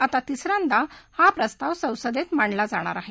आता तिसऱ्यांदा हा प्रस्ताव संसदेत मांडला जाणार आहे